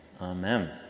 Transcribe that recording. Amen